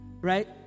right